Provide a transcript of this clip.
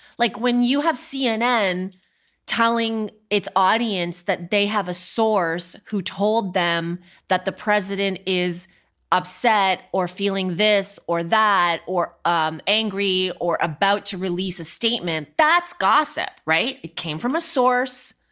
like when you have cnn telling its audience that they have a source who told them that the president is upset or feeling this or that or um angry or about to release a statement that's gossip. right? it came from a source.